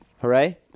Hooray